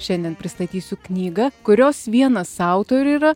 šiandien pristatysiu knygą kurios vienas autorių yra